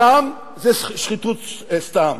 שם זה שחיתות סתם,